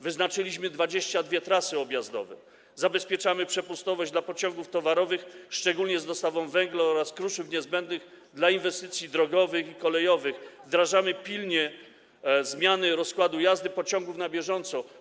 Wyznaczyliśmy 22 trasy objazdowe, zabezpieczamy przepustowość dla pociągów towarowych, szczególnie z dostawą węgla oraz kruszyw niezbędnych dla inwestycji drogowych i kolejowych, wdrażamy pilnie zmiany rozkładu jazdy pociągów na bieżąco.